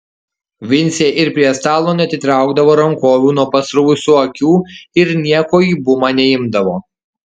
vincė ir prie stalo neatitraukdavo rankovių nuo pasruvusių akių ir nieko į bumą neimdavo